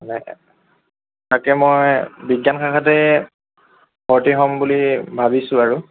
মানে তাকে মই বিজ্ঞান শাখাতে ভৰ্তি হ'ম বুলি ভাবিছোঁ আৰু